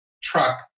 truck